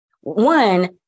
One